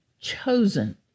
chosen